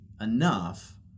enough